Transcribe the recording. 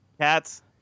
Cats